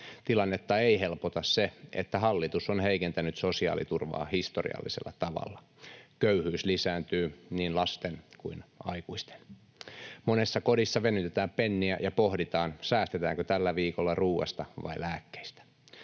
Tilannetta ei helpota se, että hallitus on heikentänyt sosiaaliturvaa historiallisella tavalla. Köyhyys lisääntyy, niin lasten kuin aikuisten. Monessa kodissa venytetään penniä ja pohditaan, säästetäänkö tällä viikolla ruoasta vai lääkkeistä.